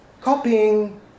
copying